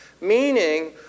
Meaning